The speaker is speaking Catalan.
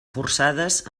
forçades